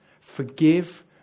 Forgive